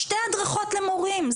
שתי הדרכות למורים,